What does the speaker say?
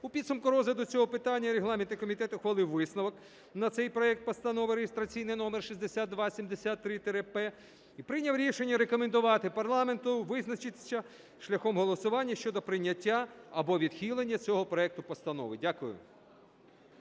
У підсумку розгляду цього питання регламентний комітет ухвалив висновок на цей проект Постанови (реєстраційний номер 6273-П) і прийняв рішення рекомендувати парламенту визначитися шляхом голосування щодо прийняття або відхилення цього проекту Постанови. Дякую.